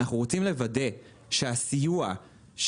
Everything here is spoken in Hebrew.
אנחנו רוצים לוודא שהם יקבלו את הסיוע שניתן